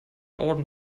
orden